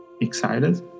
Excited